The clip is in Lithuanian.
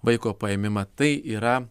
vaiko paėmimą tai yra